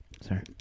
Sorry